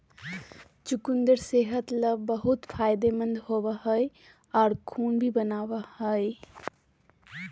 चुकंदर सेहत ले बहुत फायदेमंद होवो हय आर खून भी बनावय हय